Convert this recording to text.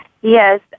Yes